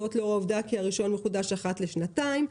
זאת לאור העובדה כי הרישיון מחודש אחת לשנתיים,